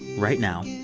right now,